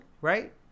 right